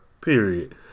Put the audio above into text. period